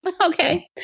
Okay